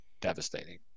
devastating